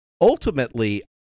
Ultimately